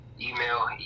Email